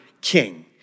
king